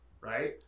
right